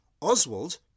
Oswald